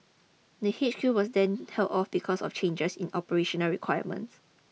the H Q was then held off because of changes in operational requirements